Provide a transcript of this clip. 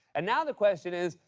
and now the question is,